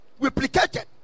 replicated